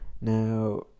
Now